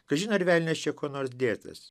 kažin ar velnias čia kuo nors dėtas